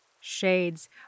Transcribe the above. shades